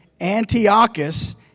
Antiochus